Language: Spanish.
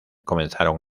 comenzaron